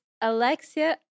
Alexia